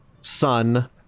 son